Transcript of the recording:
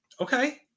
Okay